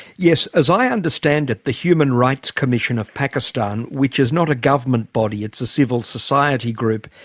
yes. as i understand it, the human rights commission of pakistan, which is not a government body, it's a civil society group,